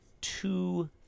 two